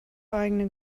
eigene